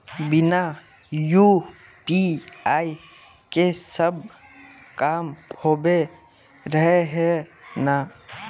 बिना यु.पी.आई के सब काम होबे रहे है ना?